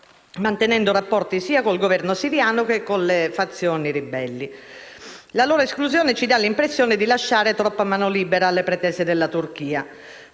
mantenendo rapporti sia con il Governo siriano che con le fazioni ribelli. La loro esclusione ci dà l'impressione di lasciare troppa mano libera alle pretese della Turchia.